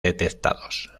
detectados